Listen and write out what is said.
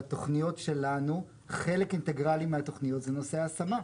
בתכניות שלנו חלק אינטגרלי מהתכניות זה נושא ההשמה.